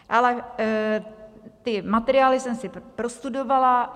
Ale ty materiály jsem si prostudovala.